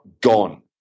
gone